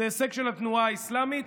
זה הישג של התנועה האסלאמית,